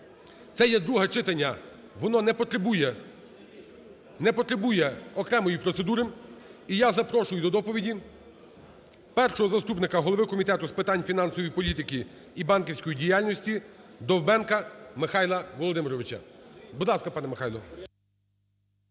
Це є друге читання, воно не потребує окремої процедури, і я запрошую до доповіді першого заступника голови Комітету з питань фінансової політики і банківської діяльності Довбенка Михайла Володимировича. Будь ласка, пане Михайло.